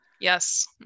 Yes